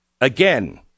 again